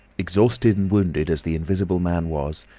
exhausted and wounded as the invisible man was,